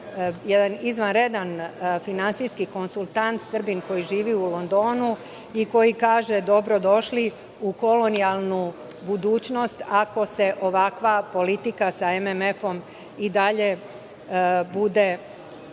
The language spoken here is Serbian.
jedan izvanredan finansijski konsultant, Srbin koji živi u Londonu, dobro došli u kolonijalnu budućnost, ako se ovakva politika sa MMF-om i dalje bude